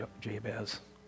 Jabez